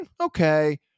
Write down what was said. Okay